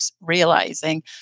realizing